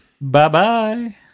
Bye-bye